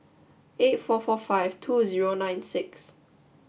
eight four four five two zero nine six